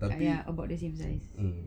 but ya about the same size